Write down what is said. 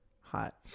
hot